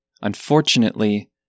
Unfortunately